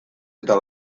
eta